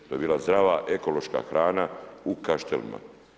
To je bila zdrava ekološka hrana u Kaštelima.